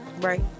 Right